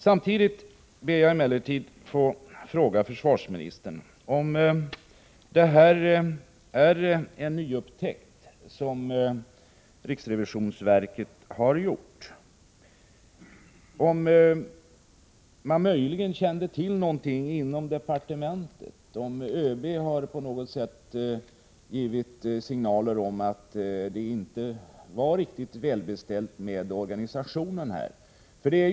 Samtidigt ber jag emellertid att få fråga försvarsministern om det är en nyupptäckt som riksrevisionsverket har gjort, om man möjligen kände till någonting inom departementet, om överbefälhavaren på något sätt har gett signaler om att det inte var riktigt välbeställt med organisationen.